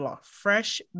fresh